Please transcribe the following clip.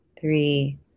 three